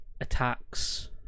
attacks